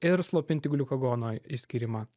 ir slopinti gliukagono išskyrimą